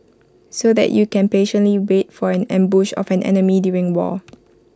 so that you can patiently wait for an ambush of an enemy during war